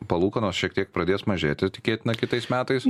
palūkanos šiek tiek pradės mažėti tikėtina kitais metais